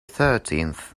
thirteenth